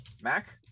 Mac